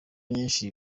nyinshi